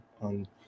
on